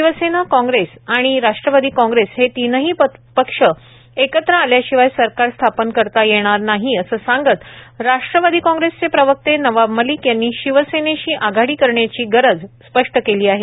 Shiv Sena Congress आणि Rashtrawadi Congress हे तीन्ही पक्ष एकत्र आल्याशिवाय सरकार स्थापन करता येणार नाही असं सांगत राष्ट्रवादी काँग्रेसचे प्रवक्ते नवाब मलिक यांनी शिवसेनेशी आघाडी करण्याची गरज स्पष्ट केली आहे